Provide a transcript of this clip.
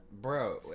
Bro